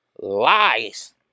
Lies